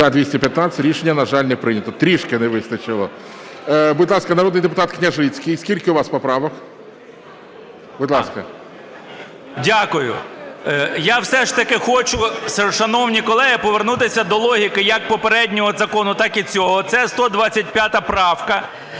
За-215 Рішення, на жаль, не прийнято, трішки не вистачило. Будь ласка, народний депутат Княжицький. Скільки у вас поправок? Будь ласка. 15:00:52 КНЯЖИЦЬКИЙ М.Л. Дякую. Я все ж таки хочу, шановні колеги, повернутися до логіки як попереднього закону так і цього, це 125 правка.